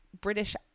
British